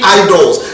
idols